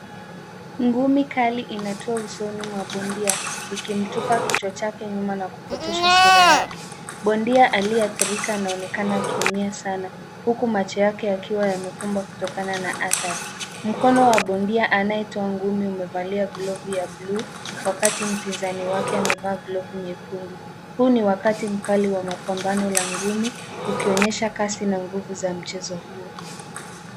Ngumi kali inatua usoni mwa bondia ikimtupa kichwa chake nyuma na kupotosha sura yake. Bondia aliyeathirika anaonekana akiumia sana huku macho yake yakiwa yamefumba kutokana na athari. Mkono wa bondia anayetoa ngumi umevalia glovu ya blue wakati mpinzani wake amevaa glovu nyekundu. Huu ni wakati mkali wa mapambano la ngumi ukionyesha kasi na nguvu za mchezo huo.